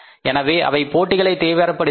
எனவே அவை போட்டிகளை தீவிரப்படுத்தின